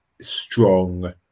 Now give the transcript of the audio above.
strong